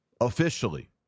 officially